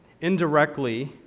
indirectly